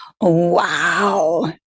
Wow